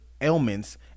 ailments